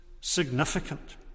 significant